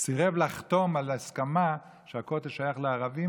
סירב לחתום על הסכמה שהכותל שייך לערבים